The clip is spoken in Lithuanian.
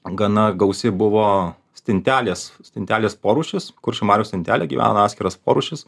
gana gausiai buvo stintelės stintelės porūšis kuršių marioj stintelė gyvena atskiras porūšis